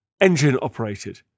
engine-operated